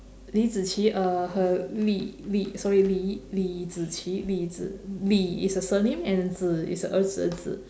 li zi qi uh her li li sorry li li zi qi li zi li is her surname and 子 is 儿子的子